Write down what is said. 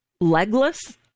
legless